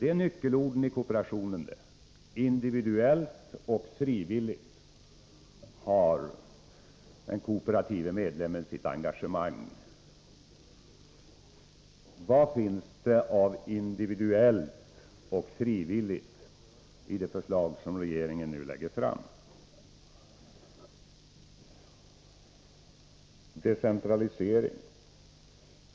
Kring dessa två ord bygger den kooperative medlemmen sitt engagemang. Vad finns det av individuellt och frivilligt i det förslag som regeringen nu lägger fram? Decentralisering, säger Kjell-Olof Feldt.